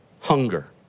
hunger